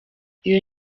iyo